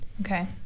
Okay